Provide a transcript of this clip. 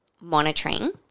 monitoring